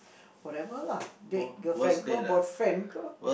whatever lah date girlfriend ke boyfriend ke